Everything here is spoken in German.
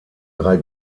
drei